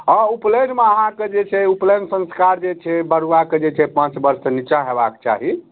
हॅं उपनयन मे अहाँके जे छै उपनयन संस्कार जे छै बड़ुआ के जे छै पाँच बर्षसँ नीचाँ होयबाक चाही